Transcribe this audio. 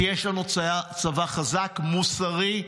כי יש לנו צבא חזק, מוסרי,